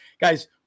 guys